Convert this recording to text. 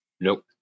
Nope